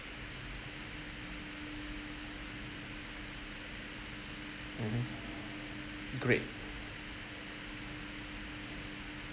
mmhmm great